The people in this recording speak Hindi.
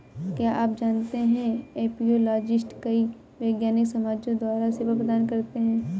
क्या आप जानते है एपियोलॉजिस्ट कई वैज्ञानिक समाजों द्वारा सेवा प्रदान करते हैं?